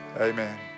amen